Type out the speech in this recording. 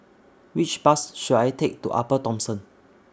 Which Bus should I Take to Upper Thomson